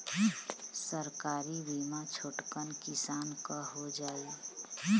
सरकारी बीमा छोटकन किसान क हो जाई?